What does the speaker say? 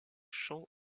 champ